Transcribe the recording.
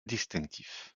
distinctif